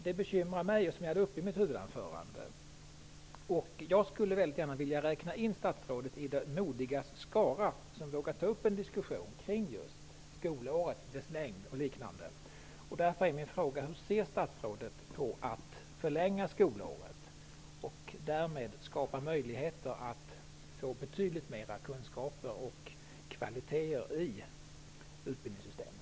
Det bekymrar mig, och det tog jag upp i mitt huvudanförande. Jag skulle vilja räkna in statsrådet i de modigas skara, de som vågar ta upp en diskussion kring just skolåret, dess längd osv. Därför är min fråga: Hur ser statsrådet på att förlänga skolåret och därmed skapa möjligheter att få betydligt mer kunskaper och kvalitet i utbildningssystemet?